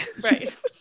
Right